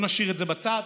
נשאיר את זה בצד.